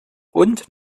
und